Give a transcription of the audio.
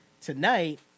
Tonight